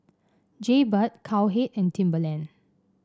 Jaybird Cowhead and Timberland